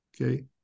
Okay